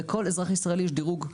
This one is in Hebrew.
לכל אזרח ישראלי יש דירוג.